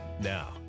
Now